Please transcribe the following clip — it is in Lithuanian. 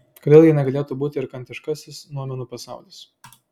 kodėl ja negalėtų būti ir kantiškasis noumenų pasaulis